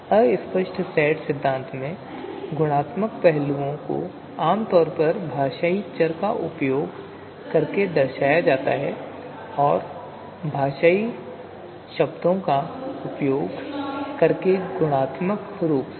अस्पष्ट सेट सिद्धांत में गुणात्मक पहलुओं को आम तौर पर भाषाई चर का उपयोग करके दर्शाया जाता है और भाषाई शब्दों का उपयोग करके गुणात्मक रूप से व्यक्त किया जाता है